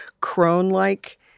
crone-like